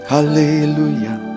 Hallelujah